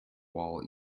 wall